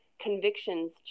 convictions